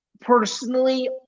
Personally